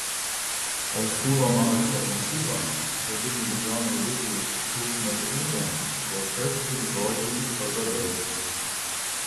o siūloma alternatyva keli milijonai litų šiltnamių ūkiams kol kas tik žodžiai pažadai